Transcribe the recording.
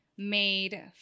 Made